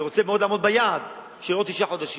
אני רוצה מאוד לעמוד ביעד של עוד תשעה חודשים,